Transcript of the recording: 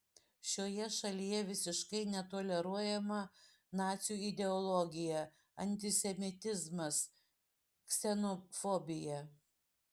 šioje šalyje visiškai netoleruojama nacių ideologija antisemitizmas ksenofobija